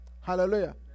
Hallelujah